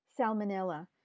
salmonella